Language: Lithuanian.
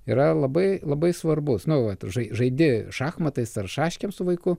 yra labai labai svarbus nu vat žai žaidi šachmatais ar šaškėm su vaiku